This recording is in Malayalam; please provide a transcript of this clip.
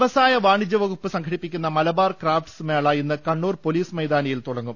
വൃവസായ വാണിജൃ വകുപ്പ് സംഘടിപ്പിക്കുന്ന മലബാർ ക്രാഫ്റ്റ് സ് മേള ഇന്ന് കണ്ണൂർ പോലീസ് മൈതാനിയിൽ തുടങ്ങും